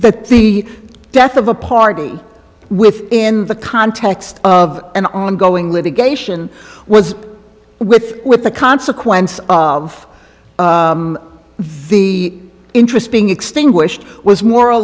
that the death of a party within the context of an ongoing litigation was with with the consequence of v interest being extinguished was more or